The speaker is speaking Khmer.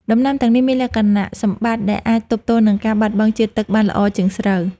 ដំណាំទាំងនេះមានលក្ខណៈសម្បត្តិដែលអាចទប់ទល់នឹងការបាត់បង់ជាតិទឹកបានល្អជាងស្រូវ។